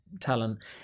talent